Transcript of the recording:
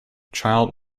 child